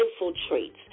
infiltrates